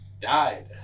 died